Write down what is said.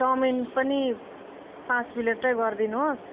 chowmein पनि पाँच प्लेटै गरिदिनुहोस्